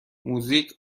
موزیک